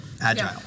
Agile